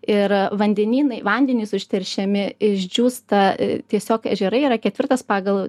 ir vandenynai vandenys užteršiami išdžiūsta tiesiog ežerai yra ketvirtas pagal